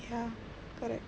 ya correct